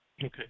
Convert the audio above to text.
Okay